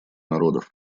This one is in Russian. народов